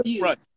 Right